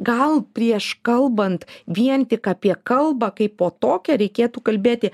gal prieš kalbant vien tik apie kalbą kaipo tokią reikėtų kalbėti